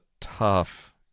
tough